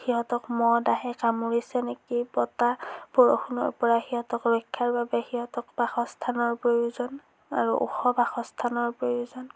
সিহঁতক মহ ডাঁহে কামুৰিছে নেকি বতাহ বৰষুণৰ পৰা সিহঁতক ৰক্ষাৰ বাবে সিহঁতক বাসস্থানৰ প্ৰয়োজন আৰু ওখ বাসস্থানৰ প্ৰয়োজন